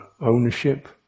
ownership